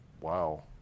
Wow